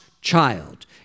child